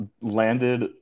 landed